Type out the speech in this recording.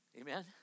Amen